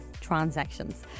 transactions